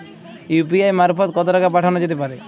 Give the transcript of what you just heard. UPI মারফত কত টাকা পাঠানো যেতে পারে?